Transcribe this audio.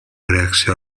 reacció